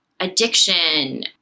addiction